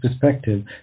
perspective